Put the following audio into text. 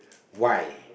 why